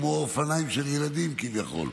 אופניים של ילדים כביכול,